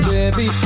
Baby